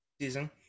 season